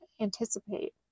anticipate